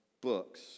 books